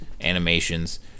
animations